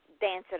dancing